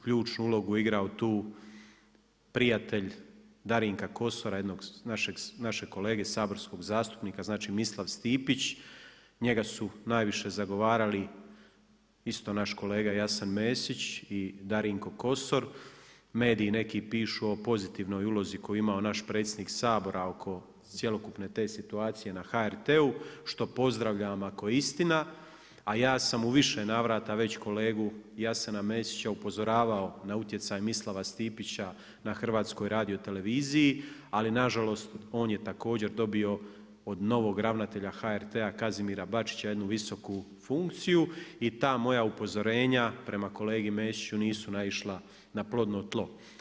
Ključnu ulogu je igrao tu prijatelj Darinka Kosora, jednog našeg kolege, saborskog zastupnika, znači Mislav Stipić, njega su najviše zagovarali isto naš kolega Jasen Mesić i Darinko Kosor, mediji neki pišu o pozitivnoj ulozi koju je imao naš predsjednik Sabora oko cjelokupne te situacije na HRT-u što pozdravljam ako je istina, a ja sam u više navrata već kolegu Jasena Mesića upozoravao na utjecaj Mislava Stipića na HRT-u ali nažalost, on je također dobio od novog Ravnatelja HRT-a Kazimira Bačića jednu visoku funkciju, i ta moja upozorenja prema kolegi Mesiću nisu naišla na plodno tlo.